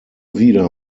wieder